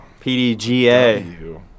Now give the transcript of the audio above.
pdga